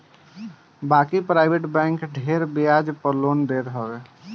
बाकी private bank ढेर बियाज पअ लोन देत हवे